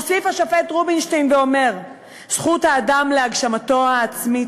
מוסיף השופט רובינשטיין ואומר: "זכות האדם להגשמתו העצמית,